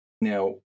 Now